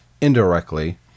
indirectly